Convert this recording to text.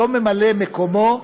או ממלא מקומו,